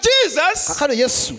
Jesus